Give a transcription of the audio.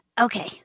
Okay